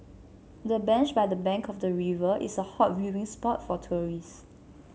the bench by the bank of the river is a hot viewing spot for tourists